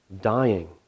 dying